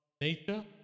nature